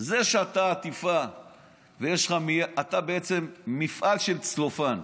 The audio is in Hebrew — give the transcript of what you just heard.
זה שאתה עטיפה ויש לך אתה בעצם מפעל של צלופן.